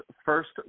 First